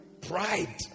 Pride